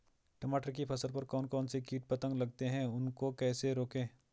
टमाटर की फसल पर कौन कौन से कीट पतंग लगते हैं उनको कैसे रोकें?